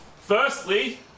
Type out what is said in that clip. firstly